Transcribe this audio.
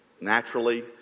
naturally